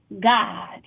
God